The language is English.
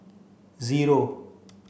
zero